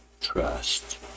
trust